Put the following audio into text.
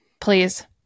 Please